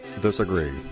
disagree